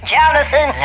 Jonathan